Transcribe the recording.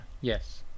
yes